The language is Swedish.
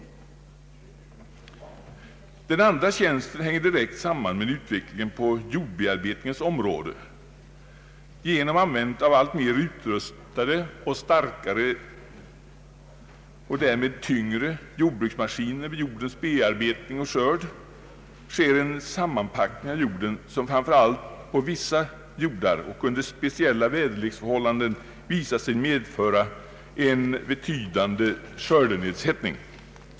Den andra tjänsten hänger direkt samman med utvecklingen på jordbearbetningens område. Genom användandet av alltmer utrustade och starkare och därmed tyngre jordbruksmaskiner vid jordens bearbetning och skörd sker en sammanpackning av jorden, som framför allt på vissa jordar och under speciella väderleksförhållanden «visat sig medföra en betydande skördenedsättning.